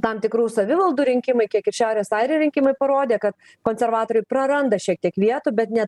tam tikrų savivaldų rinkimai kiek ir šiaurės airija rinkimai parodė kad konservatoriai praranda šiek tiek vietų bet ne